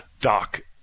Doc